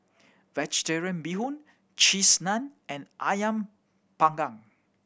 Vegetarian Bee Hoon Cheese Naan and Ayam Panggang